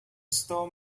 stole